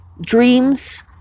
dreams